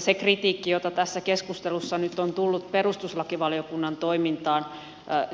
se kritiikki jota tässä keskustelussa nyt on tullut perustuslakivaliokunnan toimintaan